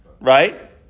right